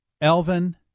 Elvin